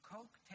Coke